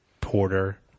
porter